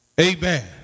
amen